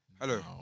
Hello